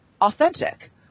authentic